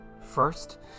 First